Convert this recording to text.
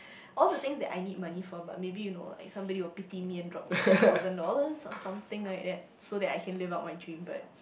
all the things that I need money for but maybe you know like somebody would pity me and drop me ten thousand dollars or something like that so that I can live up my dream but